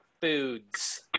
foods